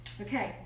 Okay